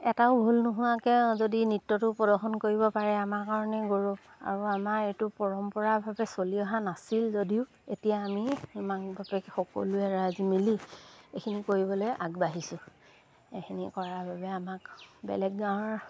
এটাও ভুল নোহোৱাকৈ যদি নৃত্যটো প্ৰদৰ্শন কৰিব পাৰে আমাৰ কাৰণে গৌৰৱ আৰু আমাৰ এইটো পৰম্পৰাভাৱে চলি অহা নাছিল যদিও এতিয়া আমি মাক বাপেক সকলোৱে ৰাইজ মিলি এইখিনি কৰিবলৈ আগবাঢ়িছোঁ এইখিনি কৰাৰ বাবে আমাক বেলেগ গাঁৱৰ